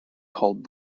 called